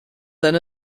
than